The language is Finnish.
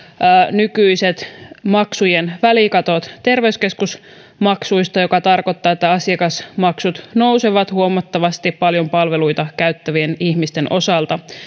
nykyiset maksujen välikatot terveyskeskusmaksuista mikä tarkoittaa että asiakasmaksut nousevat huomattavasti palveluita paljon käyttävien ihmisten osalta